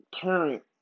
parent